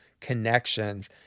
connections